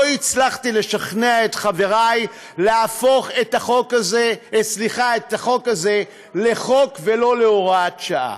לא הצלחתי לשכנע את חברי להפוך את החוק הזה לחוק ולא להוראת שעה,